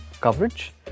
coverage